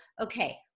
okay